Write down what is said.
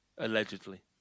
Allegedly